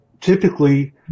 typically